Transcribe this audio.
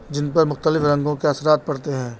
جن پر مختلف رنگوں کے اثرات پڑتے ہیں